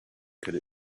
could